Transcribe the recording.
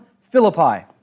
Philippi